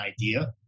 idea